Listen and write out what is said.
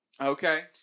Okay